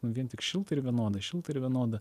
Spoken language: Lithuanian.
nu vien tik šilta ir vienodai šilta ir vienoda